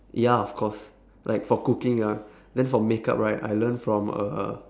ya of course like for cooking ah then for makeup right I learn from uh